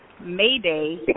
Mayday